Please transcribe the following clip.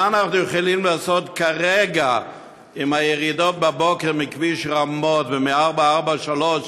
מה אנחנו יכולים לעשות כרגע עם הירידות בבוקר מכביש רמות ומ-443,